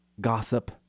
gossip